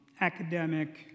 academic